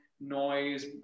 noise